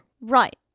Right